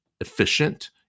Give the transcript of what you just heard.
efficient